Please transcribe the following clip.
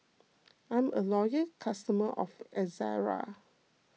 I'm a loyal customer of Ezerra